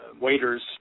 waiters